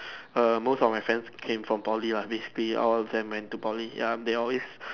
err most of my friends came from Poly lah basically all of them into Poly ya and they always